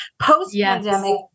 post-pandemic